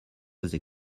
they